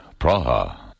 Praha